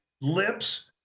lips